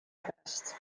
pärast